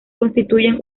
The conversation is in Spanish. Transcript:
constituyen